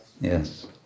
Yes